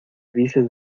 dices